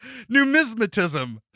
Numismatism